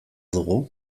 dugu